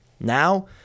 Now